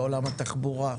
בעולם התחבורה,